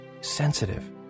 sensitive